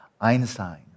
Einstein